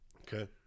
okay